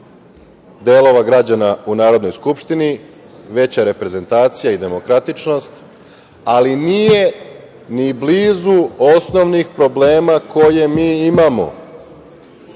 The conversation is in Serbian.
delova građana u Narodnoj skupštini, veća reprezentacija i demokratičnost, ali nije ni blizu osnovnih problema koje mi imamo.